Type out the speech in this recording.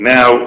Now